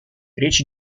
речь